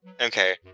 Okay